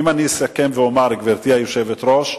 אם אני אסכם, גברתי היושבת-ראש,